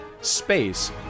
space